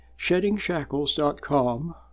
sheddingshackles.com